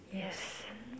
yes